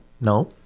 no